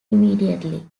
immediately